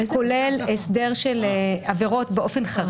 הוא כולל הסדר של עבירות באופן חריג.